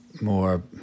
more